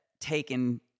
taken